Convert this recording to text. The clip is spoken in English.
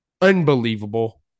unbelievable